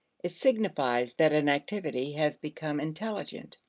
it signifies that an activity has become intelligent.